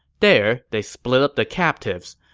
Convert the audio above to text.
there, they split up the captives.